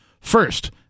First